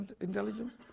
intelligence